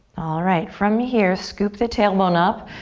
alright, from here, scoop the tailbone up.